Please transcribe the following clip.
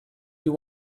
you